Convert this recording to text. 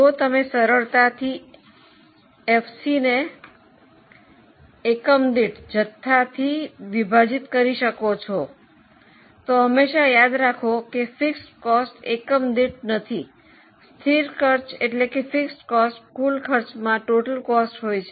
જો તમે સરળતાથી એફસીને એકમ દીઠ જથ્થોથી વિભાજિત કરી શકો છો હંમેશાં યાદ રાખો કે સ્થિર ખર્ચ એકમ દીઠ નથી સ્થિર ખર્ચ કુલ ખર્ચમાં હોય છે